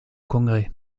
congrès